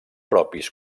propis